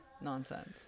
nonsense